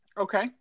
Okay